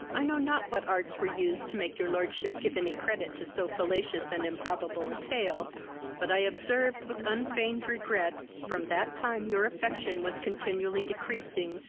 i know not what arts were used to make your lordship give any credit to so fallacious and improbable a tale but i observed, with unfeigned regret, from that time your affection was continually decreasing,